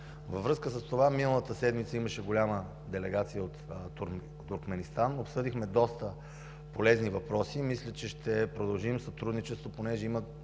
Във връзка с това миналата седмица имаше голяма делегация от Туркменистан. Обсъдихме доста полезни въпроси. Мисля, че ще продължим сътрудничеството, понеже има